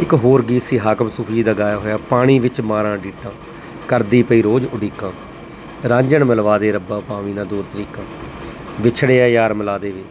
ਇੱਕ ਹੋਰ ਗੀਤ ਸੀ ਹਾਕਮ ਸੂਫੀ ਜੀ ਦਾ ਗਾਇਆ ਹੋਇਆ ਪਾਣੀ ਵਿੱਚ ਮਾਰਾਂ ਡੀਠਾਂ ਕਰਦੀ ਪਈ ਰੋਜ਼ ਉਡੀਕਾਂ ਰਾਂਝਣ ਮਿਲਵਾ ਦੇ ਰੱਬਾ ਪਾਵੀ ਨਾ ਦੂਰ ਤਰੀਕਾਂ ਵਿਛੜਿਆ ਯਾਰ ਮਿਲਾ ਦੇ ਵੇ